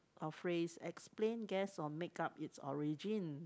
or phrase explain guess or make up it's origin